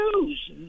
news